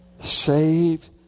Saved